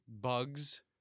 bugs